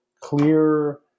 clear